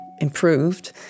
improved